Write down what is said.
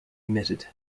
emitted